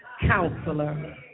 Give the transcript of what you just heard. counselor